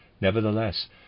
nevertheless